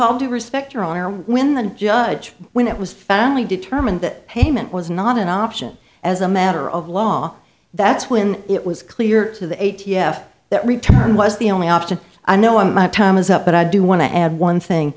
all due respect your honor when the judge when it was found me determined that payment was not an option as a matter of law that's when it was clear to the a t f that return was the only option i know when my time is up but i do want to add one thing